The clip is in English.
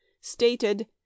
stated